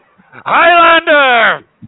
Highlander